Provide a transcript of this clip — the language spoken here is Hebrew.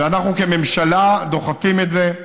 ואנחנו כממשלה דוחפים את זה,